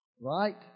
Right